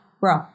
Bro